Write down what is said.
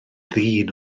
ddyn